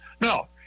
no